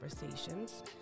Conversations